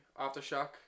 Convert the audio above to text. Aftershock